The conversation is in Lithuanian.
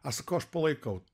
aš sakau aš palaikau